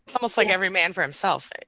almost like every man for himself.